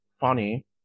funny